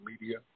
Media